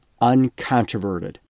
uncontroverted